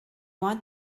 want